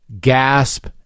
gasp